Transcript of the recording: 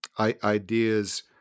ideas